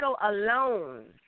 alone